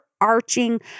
arching